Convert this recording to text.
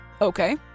Okay